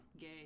gay